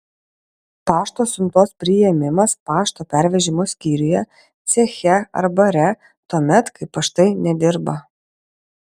pašto siuntos priėmimas pašto pervežimo skyriuje ceche ar bare tuomet kai paštai nedirba